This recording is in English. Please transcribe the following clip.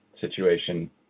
situation